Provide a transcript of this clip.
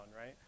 right